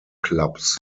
clubs